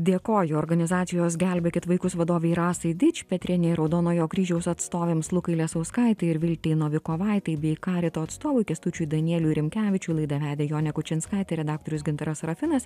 dėkoju organizacijos gelbėkit vaikus vadovei rasai dičpetrienei raudonojo kryžiaus atstovėms lukai lesauskaitei ir viltei novikovaitei bei karito atstovui kęstučiui danieliui rimkevičiui laidą vedė jonė kučinskaitė redaktorius gintaras sarafinas